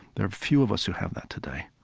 there are few of us who have that today,